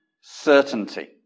certainty